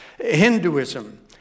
Hinduism